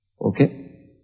Okay